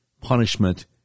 Punishment